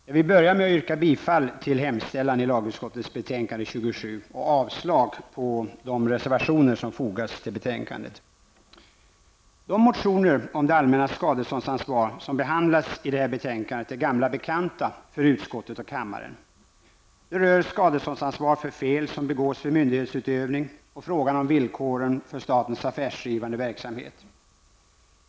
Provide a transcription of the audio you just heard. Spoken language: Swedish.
Herr talman! Jag vill börja med att yrka bifall till hemställan i lagutskottets betänkande 27 och avslag på de reservationer som fogats till betänkandet. De motioner om det allmännas skadeståndsansvar som behandlas i detta betänkande är gamla bekanta för utskottet och kammaren. De rör skadeståndsansvar för fel som begås vid myndighetsutövning och frågan om villkoren för statens affärsdrivande verksamhet.